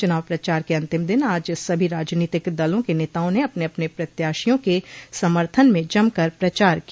चुनाव प्रचार के अन्तिम दिन आज सभी राजनीतिक दलों के नेताओं ने अपने अपने प्रत्याशियों के समर्थन में जमकर प्रचार किया